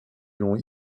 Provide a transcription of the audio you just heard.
long